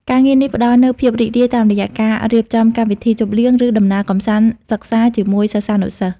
ការងារនេះផ្តល់នូវភាពរីករាយតាមរយៈការរៀបចំកម្មវិធីជប់លៀង ឬដំណើរកម្សាន្តសិក្សាជាមួយសិស្សានុសិស្ស។